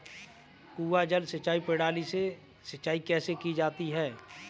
कुआँ जल सिंचाई प्रणाली से सिंचाई कैसे की जाती है?